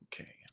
Okay